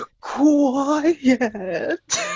quiet